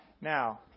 Now